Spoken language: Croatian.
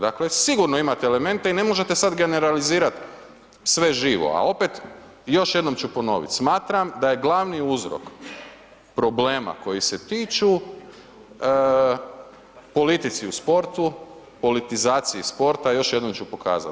Dakle sigurno imate elemente i ne možete sad generalizirat sve živo a opet, još jednom ću ponovit, smatram da je glavni uzrok problema koji se tiču politici u sportu, politizaciji sporta, još jednom ću pokazat.